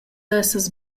essas